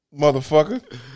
motherfucker